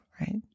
right